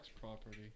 property